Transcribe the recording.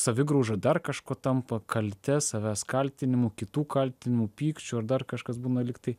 savigrauža dar kažkuo tampa kalte savęs kaltinimu kitų kaltinimu pykčiu ar dar kažkas būna lygtai